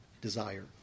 desire